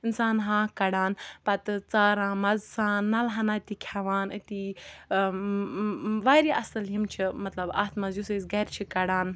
اِنسان ہاکھ کَڑان پَتہٕ ژاران مَزٕ سان نَلہٕ ہنا تہِ کھیٚوان أتی واریاہ اَصل یِم چھِ مَطلَب اَتھ مَنٛز یُس أسۍ گَرِ چھِ کَڑان